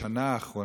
בשנה האחרונה,